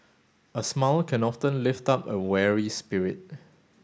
a smile can often lift up a weary spirit